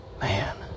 man